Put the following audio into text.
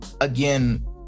again